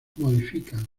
modifican